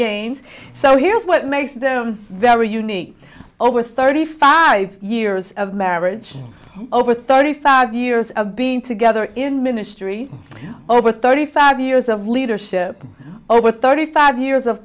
gaines so here's what makes them very unique over thirty five years of marriage over thirty five years of being together in ministry over thirty five years of leadership over thirty five years of